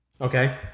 Okay